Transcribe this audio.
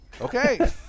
Okay